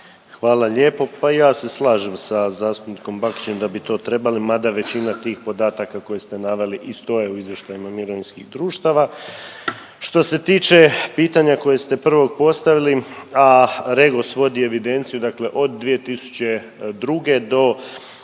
Hvala lijepo. Pa i ja se slažem sa zastupnikom Bakićem da bi to trebali, mada većina tih podataka koje ste naveli i stoje u izvještajima mirovinskih društava. Što ste tiče pitanja koje ste prvo postavili, a REGOS vodi evidenciju, dakle od 2002.